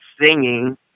singing